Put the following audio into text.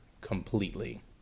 completely